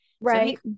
Right